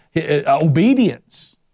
Obedience